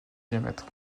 diamètre